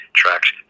tracks